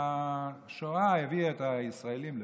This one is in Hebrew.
שהשואה הביאה את הישראלים לפה.